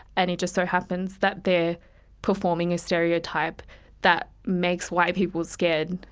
and it just so happens that they're performing a stereotype that makes white people scared.